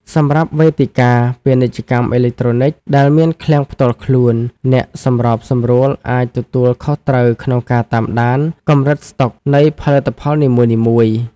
សម្រាប់វេទិកា ពាណិជ្ជកម្មអេឡិចត្រូនិក ដែលមានឃ្លាំងផ្ទាល់ខ្លួន អ្នកសម្របសម្រួលអាចទទួលខុសត្រូវក្នុងការតាមដានកម្រិតស្តុកនៃផលិតផលនីមួយៗ។